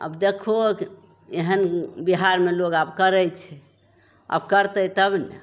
आब देखहो एहन बिहारमे लोक आब करै छै आब करतै तब ने